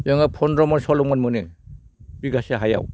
जोङो पन्ड्र' मन सल्ल' मन मोनो बिगासे हायाव